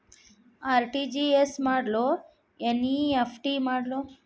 RTGS ಮಾಡ್ಲೊ NEFT ಮಾಡ್ಲೊ?